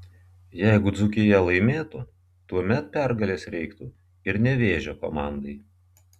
jeigu dzūkija laimėtų tuomet pergalės reiktų ir nevėžio komandai